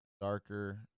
darker